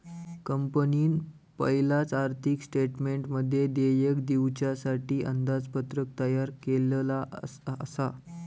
कंपनीन पयलाच आर्थिक स्टेटमेंटमध्ये देयक दिवच्यासाठी अंदाजपत्रक तयार केल्लला आसा